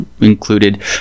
included